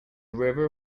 river